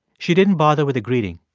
she didn't bother with a greeting.